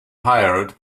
hired